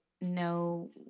no